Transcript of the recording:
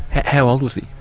how old was he?